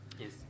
Yes